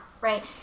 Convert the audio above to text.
Right